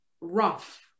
rough